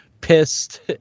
pissed